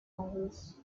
novels